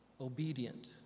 obedient